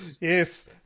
Yes